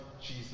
jesus